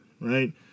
right